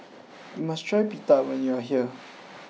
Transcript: you must try Pita when you are here